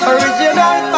Original